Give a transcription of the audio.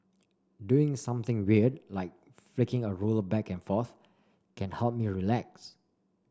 doing something weird like flicking a ruler back and forth can help me relax